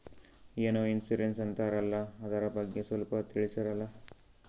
ಏನೋ ಇನ್ಸೂರೆನ್ಸ್ ಅಂತಾರಲ್ಲ, ಅದರ ಬಗ್ಗೆ ಸ್ವಲ್ಪ ತಿಳಿಸರಲಾ?